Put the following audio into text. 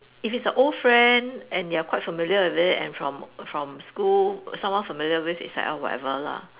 if it's a old friend and they're quite familiar with it and from from school someone familiar with it's like ah whatever lah